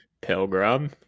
pilgrim